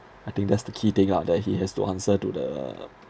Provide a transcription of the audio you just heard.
I think that's the key thing ah that he has to answer to the